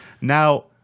Now